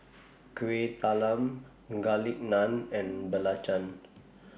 Kueh Talam Garlic Naan and Belacan